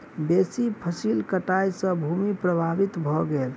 बेसी फसील कटाई सॅ भूमि प्रभावित भ गेल